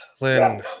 Lynn